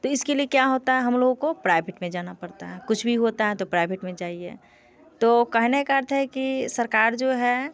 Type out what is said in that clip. तो इसके लिए क्या होता है हम लोगों को प्राबिट में जाना पड़ता है कुछ भी होता है तो प्राबिट में जाइए तो कहने का अर्थ है कि सरकार जो है